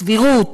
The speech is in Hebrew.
סבירות,